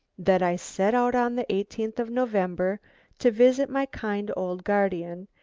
that i set out on the eighteenth of november to visit my kind old guardian,